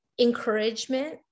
encouragement